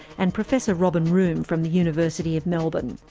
and professor robin room from the university of melbourne.